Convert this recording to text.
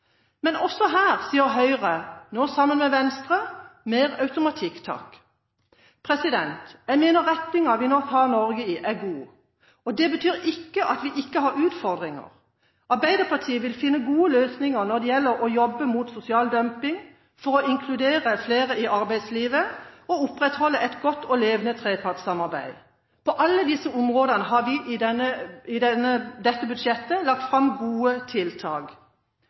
Men også her sier Høyre, nå sammen med Venstre: Mer automatikk, takk! Jeg mener retningen vi nå tar Norge i, er god. Det betyr ikke at vi ikke har utfordringer. Arbeiderpartiet vil finne gode løsninger når det gjelder å jobbe mot sosial dumping for å inkludere flere i arbeidslivet og opprettholde et godt og levende trepartssamarbeid. På alle disse områdene har vi i dette budsjettet lagt fram gode tiltak.